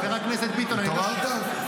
התעוררת?